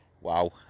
Wow